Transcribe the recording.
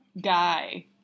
guy